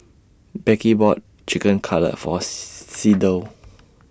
Beckie bought Chicken Cutlet For Sydell